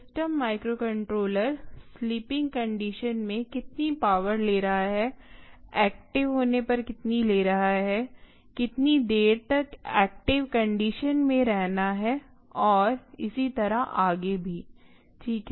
system microcontroller sleeping condition मे कितनी power ले रहा है एक्टिव होने पर कितनी ले रहा है कितनी देर तक एक्टिव कंडीशन में रहना है और इसी तरह आगे भी ठीक है